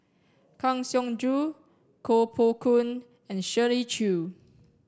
Kang Siong Joo Koh Poh Koon and Shirley Chew